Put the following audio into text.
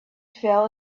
fell